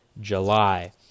July